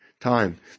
time